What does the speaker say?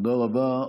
תודה רבה.